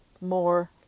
more